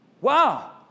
Wow